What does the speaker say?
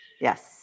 Yes